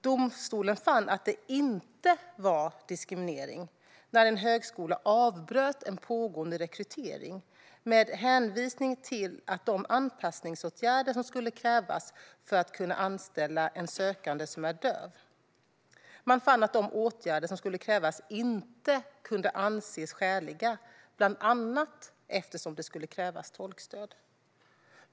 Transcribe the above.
Domstolen fann att det inte var diskriminering när en högskola avbröt en pågående rekrytering med hänvisning till de anpassningsåtgärder som skulle krävas för att kunna anställa en sökande som är döv. Man fann att de åtgärder som skulle krävas inte kunde anses skäliga, bland annat eftersom det skulle krävas tolkstöd.